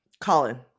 Colin